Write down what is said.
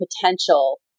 potential